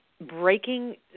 breaking